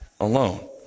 alone